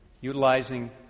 utilizing